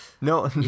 No